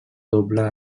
doble